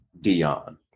Dion